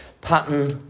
Pattern